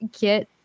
get